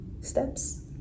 steps